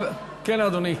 כן, אדוני.